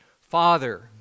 Father